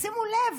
תשימו לב,